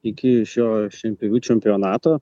iki šio šienpjovių čempionato